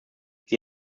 sie